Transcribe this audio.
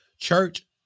Church